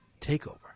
takeover